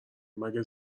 مگه